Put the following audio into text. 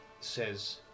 Says